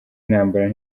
intambara